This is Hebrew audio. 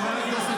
חבר הכנסת